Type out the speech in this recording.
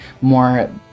more